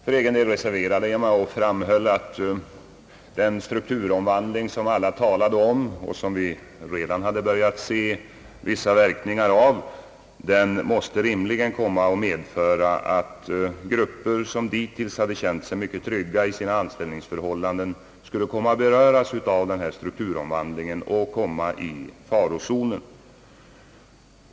För egen del reserverade jag mig och framhöll, att den strukturomvandling som alla talade om och som vi redan hade börjat se vissa verkningar av rimligen måste komma att innebära att grupper, som dittills hade känt sig mycket trygga i sina anställningsförhållanden, skulle komma att beröras av strukturomvandlingen och därmed komma i farozonen.